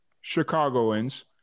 Chicagoans